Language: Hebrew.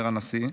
אומר הנשיא,